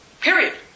period